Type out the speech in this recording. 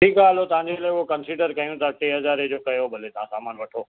ठीकु आहे हलो तव्हांजे लाइ हो कंसीडर कयूं था टे हज़ारे जो कयो भले सामानु वठो